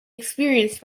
experienced